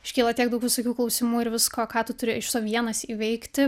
iškyla tiek daug visokių klausimų ir visko ką tu turi iš so vienas įveikti